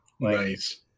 Nice